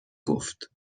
گفت